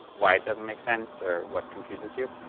why it doesn't make sense or what confuses you?